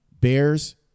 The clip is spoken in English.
Bears